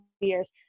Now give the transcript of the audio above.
years